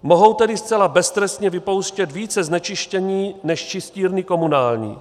Mohou tedy zcela beztrestně vypouštět více znečištění než čistírny komunální.